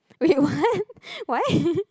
wait what what